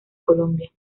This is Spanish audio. colombia